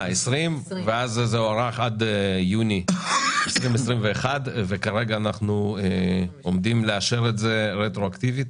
ואז זה הוארך עד יוני 2021. וכרגע אנחנו עומדים לאשר את זה רטרואקטיבית.